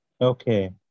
Okay